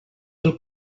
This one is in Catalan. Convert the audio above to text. del